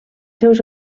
seus